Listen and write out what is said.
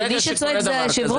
ברגע שקורה דבר כזה,